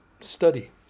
study